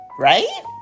right